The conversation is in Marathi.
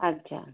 अच्छा